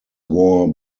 wore